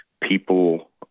people